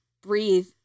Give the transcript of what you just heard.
breathe